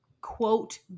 quote